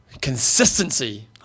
Consistency